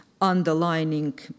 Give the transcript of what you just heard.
underlining